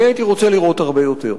אני הייתי רוצה לראות הרבה יותר.